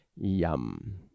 Yum